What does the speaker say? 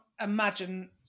imagine